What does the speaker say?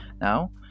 Now